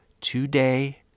today